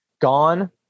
gone